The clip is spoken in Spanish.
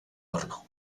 horno